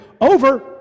over